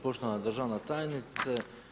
Poštovana državna tajnice.